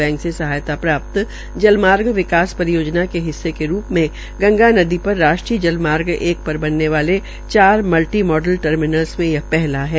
bank से सहायता प्राप्त जलमार्ग विकास रियोजना के हिस्से के रू में गंगा नदी र राष्ट्रीय जलमार्ग र बनने वाले चार मल्टी मॉडल टर्मिनल में यह सहला है